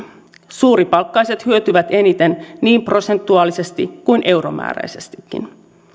suuripalkkaiset hyötyvät eniten niin prosentuaalisesti kuin euromääräisestikin